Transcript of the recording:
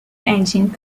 engine